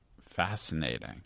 fascinating